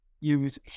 use